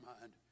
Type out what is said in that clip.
mind